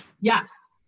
Yes